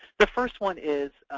the first one is,